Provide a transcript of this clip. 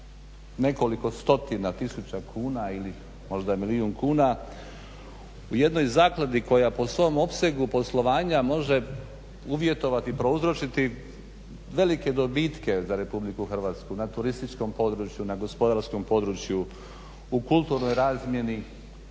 nekoliko stotina tisuća kuna ili možda milijun kuna u jednoj zakladi koja po svom opsegu poslovanja može uvjetovati, prouzrokovati velike dobitke za RH na turističkom području, na gospodarskog području u kulturnoj razmjeni.